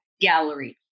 gallery